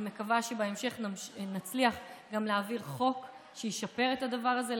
אני מקווה שבהמשך נצליח גם להעביר חוק שישפר את הדבר הזה.